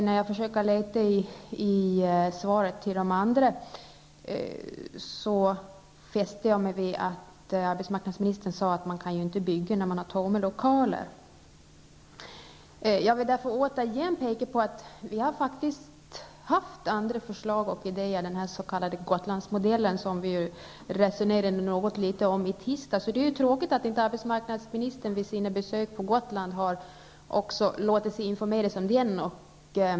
När jag försöker ta fasta på vad som sagts som svar till de andra som deltar i den här debatten fäster jag mig vid arbetsmarknadsministerns uttalande om att man inte kan bygga när det finns tomma lokaler. Jag vill därför återigen peka på det faktum att det finns andra förslag och idéer -- t.ex. den s.k. Gotlandsmodellen, som vi resonerade om litet grand i tisdags. Det är tråkigt att arbetsmarknadsministern vid sina besök på Gotland inte har låtit informera sig om denna.